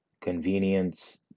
Convenience